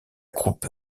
croupe